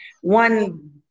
One